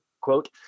quote